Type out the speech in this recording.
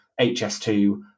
HS2